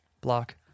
Block